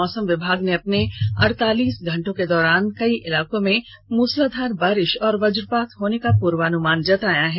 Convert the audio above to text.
मौसम विभाग ने अगले अड़तालीस घंटे के दौरान कई इलाको में मूसलाधार बारिश और वजपात होने का पूर्वानुमान जताया है